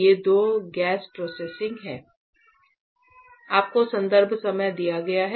ये दोनों gas processing हैं